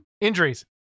Injuries